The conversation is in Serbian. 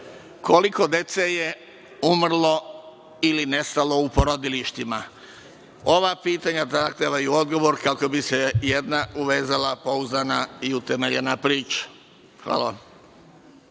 koliko dece je umrlo ili nestalo u porodilištima? Ova pitanja zahtevaju odgovor kako bi se jedna uvezala pouzdana i utemeljena priča. Hvala.